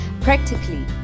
practically